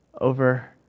over